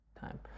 time